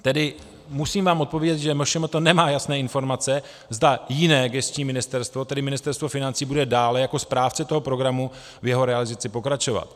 Tedy musím vám odpovědět, že MŠMT nemá jasné informace, zda jiné gesční ministerstvo, tedy Ministerstvo financí, bude dále jako správce toho programu v jeho realizaci pokračovat.